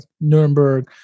nuremberg